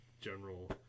general